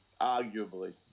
arguably